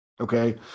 Okay